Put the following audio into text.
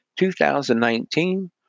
2019